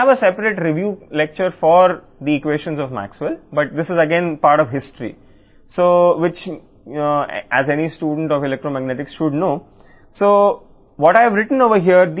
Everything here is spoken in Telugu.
కాబట్టి మాక్స్వెల్ ఈక్వేషన్ల కోసం మనం ఒక ప్రత్యేక సమీక్ష ఉపన్యాసాన్ని కలిగి ఉంటాము కానీ ఇది మళ్లీ చరిత్రలో భాగం కాబట్టి ఎలక్ట్రోమాగ్నెటిక్ విద్య యొక్క ఏ విద్యార్థి అయినా తెలుసుకోవలసినది మీకు తెలుసు